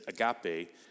Agape